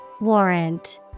Warrant